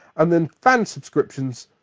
and then fan subscriptions,